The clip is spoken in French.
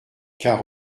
car